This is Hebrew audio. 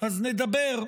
אז נדבר.